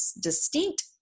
distinct